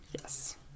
yes